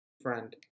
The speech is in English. friend